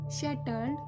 shattered